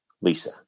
Lisa